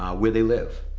where they live?